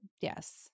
Yes